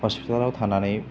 हस्पितालाव थानानै